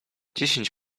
dziesięć